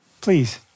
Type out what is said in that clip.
Please